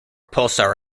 pulsar